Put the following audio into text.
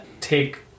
take